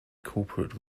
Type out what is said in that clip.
corporate